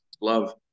love